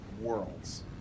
worlds